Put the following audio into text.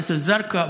ג'יסר א-זרקא,